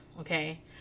Okay